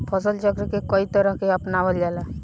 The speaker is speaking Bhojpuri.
फसल चक्र के कयी तरह के अपनावल जाला?